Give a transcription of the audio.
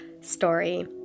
story